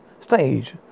stage